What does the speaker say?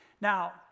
Now